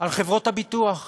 על חברות הביטוח?